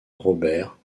roberts